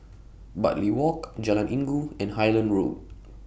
Bartley Walk Jalan Inggu and Highland Road